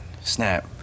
snap